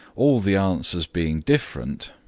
all the answers being different,